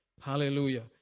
Hallelujah